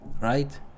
right